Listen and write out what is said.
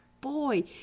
boy